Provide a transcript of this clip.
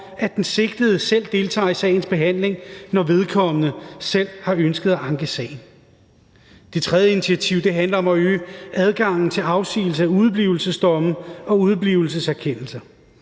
at den sigtede selv deltager i sagens behandling, når vedkommende selv har ønsket at anke sagen. Det tredje initiativ handler om at øge adgangen til afsigelse af udeblivelsesdomme og udeblivelseskendelser.